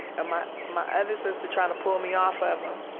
my my other sister tryin' to pull me off of him.